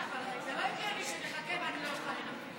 אבל זה לא הגיוני שנחכה ואני לא אוכל לדבר.